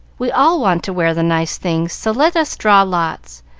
we all want to wear the nice things, so let us draw lots.